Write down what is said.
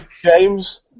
James